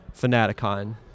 Fanaticon